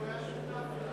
אבל הוא היה שותף לה.